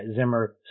Zimmer